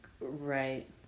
Right